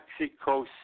Mexico